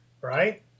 right